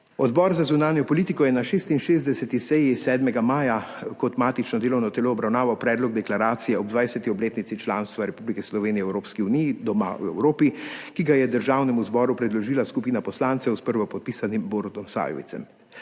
Odbor za zunanjo politiko je na 66. seji 7. maja kot matično delovno telo obravnaval Predlog deklaracije ob 20. obletnici članstva Republike Slovenije v Evropski uniji »DOMA V EVROPI«, ki ga je Državnemu zboru predložila skupina poslancev s prvopodpisanim Borutom Sajovicem.